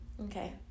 okay